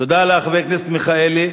תודה לחבר הכנסת מיכאלי,